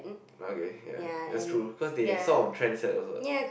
okay can that's true cause they sort of trend set also